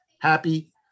happy